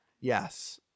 Yes